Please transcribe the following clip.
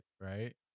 right